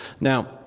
Now